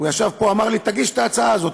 הוא ישב פה ואמר לי: תגיש את ההצעה הזאת,